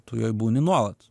tu joj būni nuolat